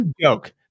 joke